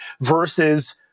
versus